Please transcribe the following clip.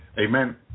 Amen